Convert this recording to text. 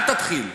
אל תתחיל.